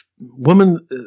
woman